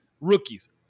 rookies